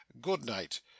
Good-night